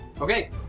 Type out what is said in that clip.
Okay